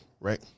Right